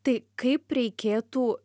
tai kaip reikėtų